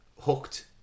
hooked